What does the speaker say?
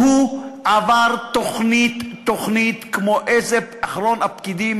והוא עבר תוכנית-תוכנית כמו אחרון הפקידים,